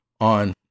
On